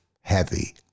heavy